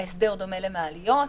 ההסדר דומה למעליות,